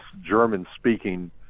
German-speaking